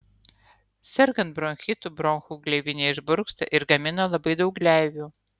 sergant bronchitu bronchų gleivinė išburksta ir gamina labai daug gleivių